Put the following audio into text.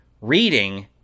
reading